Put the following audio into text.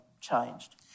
changed